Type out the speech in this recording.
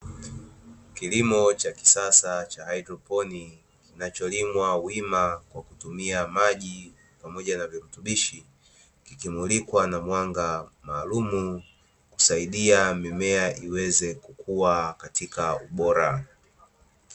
Kilimo cha kisasa cha haidroponi, kinacholimwa wima kwa kutumia maji pamoja na virutubishi, kikimulikwa na mwanga maalumu, kusaidia mimea iweze kukua katika ubora.